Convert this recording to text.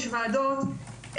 יש ועדות,